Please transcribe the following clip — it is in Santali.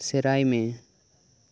ᱥᱮᱬᱟᱭ ᱢᱮ